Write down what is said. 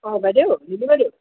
অঁ বাইদেউ ৰুনু বাইদেউ